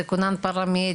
זה כונן פרמדיק?